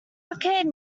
arcade